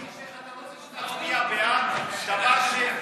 איך אתה רוצה שנצביע בעד דבר מעוות?